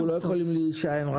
אנחנו כאן כדי לחשוב על